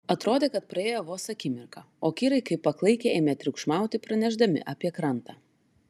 atrodė kad praėjo vos akimirka o kirai kaip paklaikę ėmė triukšmauti pranešdami apie krantą